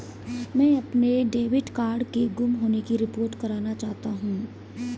मैं अपने debit card के गुम होने की रिपोर्ट करना चाहता हूँ